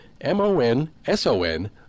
M-O-N-S-O-N